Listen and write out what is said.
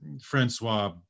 Francois